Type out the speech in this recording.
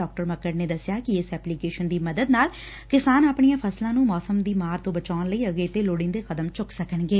ਡਾ ਮਕੱੜ ਨੇ ਦਸਿਆ ਕਿ ਇਸ ਐਪਲੀਕੇਸ਼ਨ ਦੀ ਮਦਦ ਨਾਲ ਕਿਸਾਨ ਆਪਣੀਆਂ ਫਸਲਾਂ ਨੂੰ ਮੌਸਮ ਦੀ ਮਾਰ ਤੋਂ ਬਚਾਉਣ ਲਈ ਅਗੇਤੇ ਲੋੜੀਂਦੇ ਕਦਮ ਚੁੱਕ ਸਕਣਗੇ